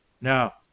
Now